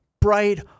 bright